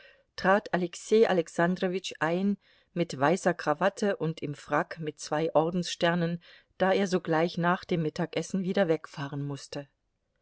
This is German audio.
trat alexei alexandrowitsch ein mit weißer krawatte und im frack mit zwei ordenssternen da er sogleich nach dem mittagessen wieder wegfahren mußte